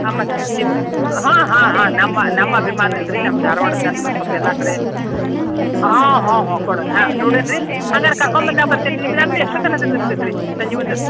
ಹಾಂ ಮತ್ತು ನಿಮ್ಮ ಹಾಂ ಹಾಂ ಹಾಂ ನಮ್ಮ ನಮ್ಮ ಅಭಿಮಾನ ಅಲ್ಲ ರೀ ನಮ್ದು ಧಾರ್ವಾಡದ್ದಂತೂ ಸ್ವಲ್ಪ ಎಲ್ಲ ಕಡೆ ಹಾಂ ಹಾಂ ಹಾಂ ಕೊಡೋಣ ಹಾಂ ನೋಡೇನಿ ರೀ ಹಂಗಾದ್ರೆ ಕರ್ಕೊಂಬಂದಾಗ ಬರ್ತೆನೆ ನಿಮ್ಮ ಅಂಗಡಿ ಎಷ್ಟೋತ್ತನಕ ತೆರ್ದಿರ್ತೈತೆ ರೀ ಸಂಜೆ ಮುಂದೆ